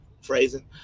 Phrasing